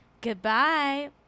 Goodbye